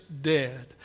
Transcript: dead